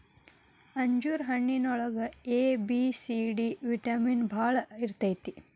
ಅಂಜೂರ ಹಣ್ಣಿನೊಳಗ A, B, C, D vitamin ಬಾಳ ಇರ್ತೈತಿ